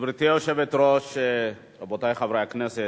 גברתי היושבת-ראש, רבותי חברי הכנסת,